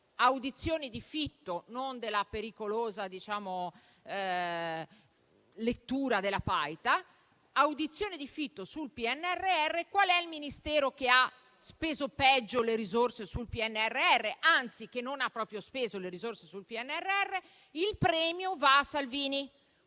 della senatrice Paita, qual è il Ministero che ha speso peggio le risorse sul PNRR, anzi che non ha proprio speso le risorse sul PNRR? Il premio va a Salvini: